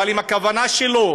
אבל אם הכוונה שלו